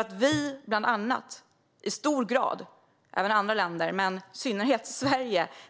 Det beror på att flera länder, Sverige i synnerhet